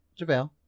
JaVale